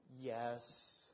yes